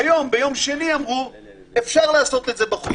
היום ביום שני אמרו שאפשר לעשות את זה בחוץ.